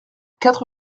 quatre